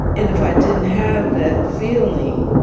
and if i didn't have that feeling,